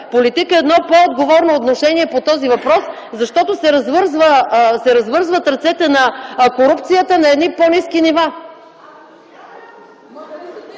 политика едно по-отговорно отношение по този въпрос, защото се развързват ръцете на корупцията на едни по-ниски нива!